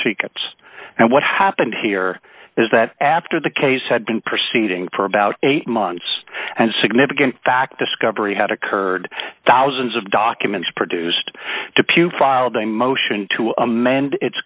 secrets and what happened here is that after the case had been proceeding for about eight months and significant fact discovery had occurred thousands of documents produced to